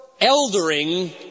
eldering